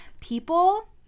People